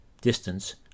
distance